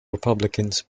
republicans